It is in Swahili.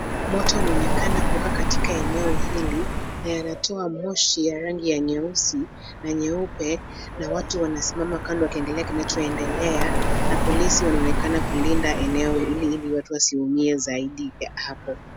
Moto unaonekana kutoka katika eneo hili linatoa moshi ya rangi ya nyeusi na nyeupe na watu wamesimama kando wakiangalia kinachoendelea na polisi wanaonekana kulinda eneo hili ili watu wasiumie zaidi ya hapo.